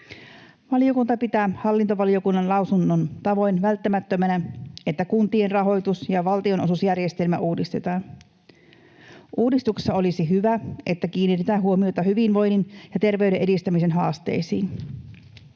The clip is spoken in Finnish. Valiokunta pitää hallintovaliokunnan lausunnon tavoin välttämättömänä, että kuntien rahoitus ja valtionosuusjärjestelmä uudistetaan. Olisi hyvä, että uudistuksessa kiinnitettäisiin huomiota hyvinvoinnin ja terveyden edistämisen haasteisiin.